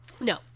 No